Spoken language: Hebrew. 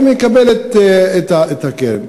ומקבלת את הקרן.